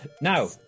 Now